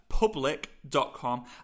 Public.com